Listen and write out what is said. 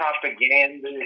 propaganda